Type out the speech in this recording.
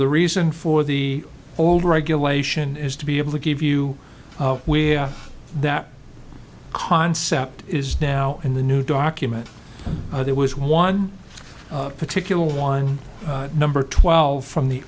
the reason for the old regulation is to be able to give you that concept is now in the new document and there was one particular one number twelve from the